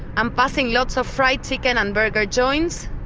i'm passing lots of fried chicken and burger joints,